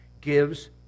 gives